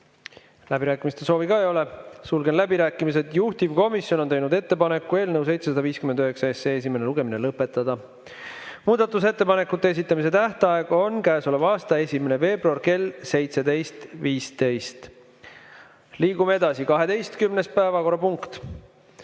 Läbirääkimiste soovi ka ei ole. Sulgen läbirääkimised. Juhtivkomisjon on teinud ettepaneku eelnõu 759 esimene lugemine lõpetada. Muudatusettepanekute esitamise tähtaeg on käesoleva aasta 1. veebruar kell 17.15. Aitäh! Küsimusi ei näe.